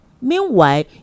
Meanwhile